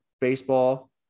baseball